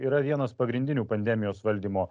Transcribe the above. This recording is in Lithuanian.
yra vienas pagrindinių pandemijos valdymo